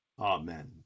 amen